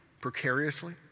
precariously